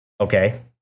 Okay